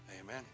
amen